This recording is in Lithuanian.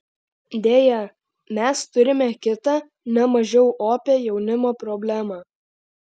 deja mes turime kitą ne mažiau opią jaunimo problemą